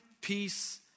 peace